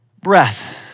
breath